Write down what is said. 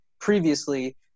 previously